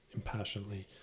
impassionately